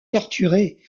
torturés